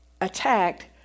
attacked